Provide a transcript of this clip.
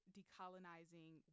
decolonizing